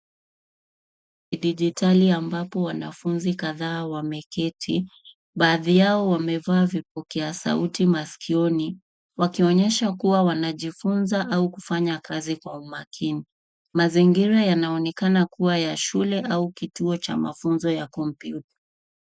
Kidijitali ambapo wanafunzi kadhaa wameketi. Baadhi yao wamevaa vipokea sauti masikioni wakionyesha kuwa wanajifunza au kufanya kazi kwa umakini. Mazingira yanaonekana kuwa ya shule au kituo cha mafunzo ya kompyuta.